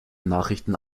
nachrichten